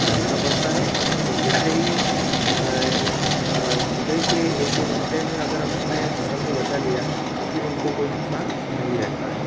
लगाना पड़ता हैं और जैसे ही सुबह के एक दो घंटे में अगर हम ने फसल को बचा लिया तो फिर उनको कोई नुकसान नहीं रहता है